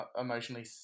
emotionally